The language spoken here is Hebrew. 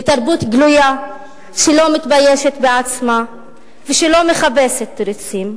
לתרבות גלויה שלא מתביישת בעצמה ושלא מחפשת תירוצים.